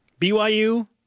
BYU